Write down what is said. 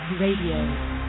Radio